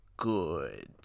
good